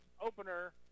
opener